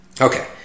Okay